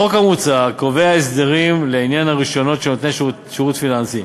החוק המוצע קובע הסדרים לעניין הרישיונות של נותני שירות פיננסי,